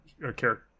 character